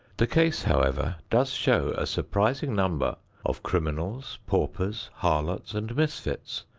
the case, however, does show a surprising number of criminals, paupers, harlots and misfits,